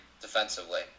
defensively